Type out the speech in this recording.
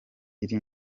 iri